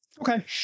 Okay